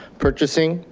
purchasing,